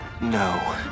no